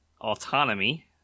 autonomy